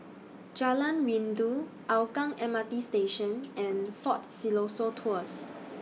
Jalan Rindu Hougang M R T Station and Fort Siloso Tours